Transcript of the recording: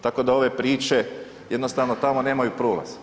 Tako da ove priče jednostavno tamo nemaju prolaza.